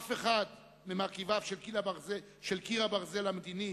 אף אחד ממרכיביו של "קיר הברזל" המדיני